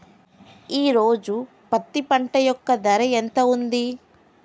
ఈ రోజు పత్తి పంట యొక్క ధర ఎంత ఉంది?